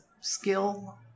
skill